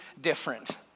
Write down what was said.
different